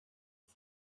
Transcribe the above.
his